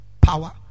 power